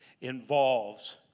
involves